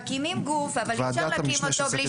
מקימים גוף ואי אפשר להקים אותו מבלי